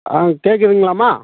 ஆ கேக்குதுங்களாம்மா